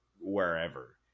wherever